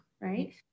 Right